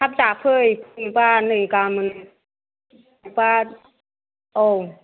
थाब जाफै नै बा नै गामोन बा औ